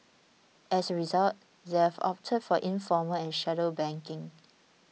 as a result they've opted for informal and shadow banking